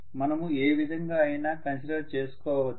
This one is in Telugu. మనము ఏ విధంగా ఐనా కన్సిడర్ చేస్కోవచ్చు